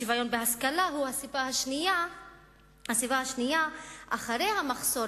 אי-שוויון בהשכלה הוא הסיבה השנייה אחרי המחסור